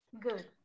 Good